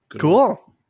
Cool